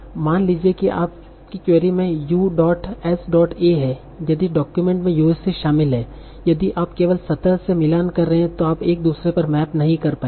मान लीजिए कि आपकी क्वेरी में U dot S dot A है यदि डाक्यूमेंट में यूएसए शामिल है यदि आप केवल सतह से मिलान कर रहे हैं तो आप एक दूसरे पर मैप नहीं कर पाएंगे